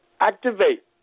activate